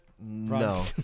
No